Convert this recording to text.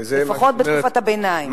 לפחות בתקופת הביניים.